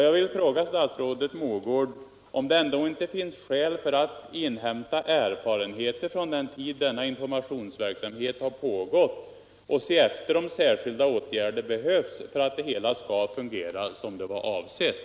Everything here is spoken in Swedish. Jag vill fråga statsrådet Mogård om det inte finns skäl att inhämta erfarenheter från den tid denna informationsverksamhet pågått och se efter om särskilda åtgärder behövs för att det hela skall fungera som avsett.